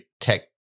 tech